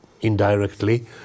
indirectly